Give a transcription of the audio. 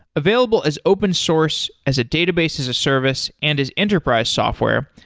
available as open source, as a database, as a service and as enterprise software,